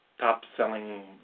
top-selling